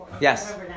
Yes